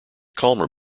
calmer